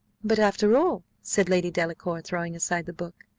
but, after all, said lady delacour, throwing aside the book,